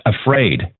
afraid